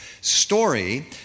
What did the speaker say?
story